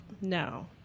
no